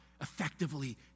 effectively